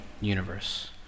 universe